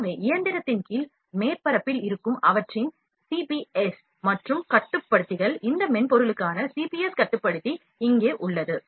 எனவே இயந்திரத்தின் கீழ் மேற்பரப்பில் இருக்கும் அவற்றின் சிபிஎஸ் மற்றும் கட்டுப்படுத்திகள் இந்த மென்பொருளுக்கான சிபிஎஸ் கட்டுப்படுத்தி இங்கே உள்ளது